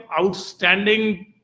outstanding